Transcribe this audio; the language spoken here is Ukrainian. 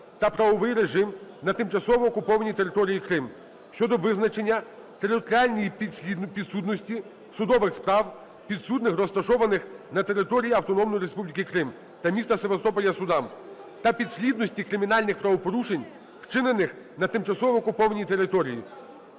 та правовий режим на тимчасово окупованій території Крим" щодо визначення територіальної підсудності судових справ, підсудних розташованим на території Автономної Республіки Крим та міста Севастополя судам, та підслідності кримінальних правопорушень, вчинених на тимчасово окупованій території.